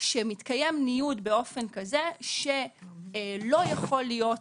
שמתקיים ניוד באופן כזה, שלא יכול להיות